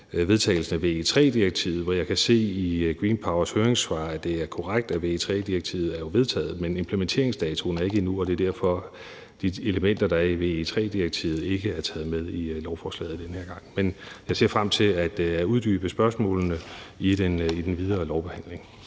vedtagelsen af VE III-direktivet, og jeg kan se i Green Power Denmarks høringssvar, at det er korrekt, at VE III-direktivet jo er vedtaget, men det er implementeringsdatoen ikke endnu, og det er derfor, at de elementer, der er i VE III-direktivet, ikke er taget med i lovforslaget den her gang. Men jeg ser frem til at få uddybet spørgsmålene i den videre lovbehandling.